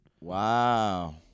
Wow